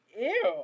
Ew